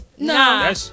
No